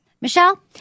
michelle